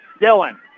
dylan